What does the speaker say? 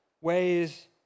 ways